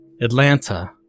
Atlanta